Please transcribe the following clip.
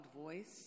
voice